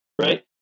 Right